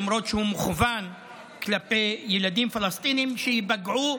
למרות שהוא מכוון כלפי ילדים פלסטינים שייפגעו,